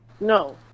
No